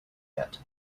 yet